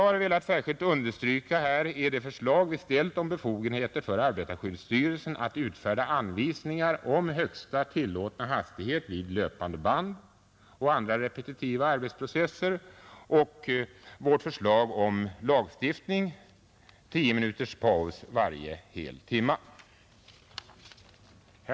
Vad jag velat särskilt understryka här är det förslag vi ställt om befogenheter för arbetarskyddsstyrelsen att utfärda anvisningar om högsta tillåtna hastighet vid löpande band och andra repetitiva arbetsprocesser och vårt förslag om lagstiftning om 10 minuters paus varje hel timme.